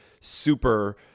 super